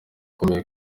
ukomeye